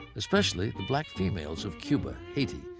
especially the black females of cuba, haiti,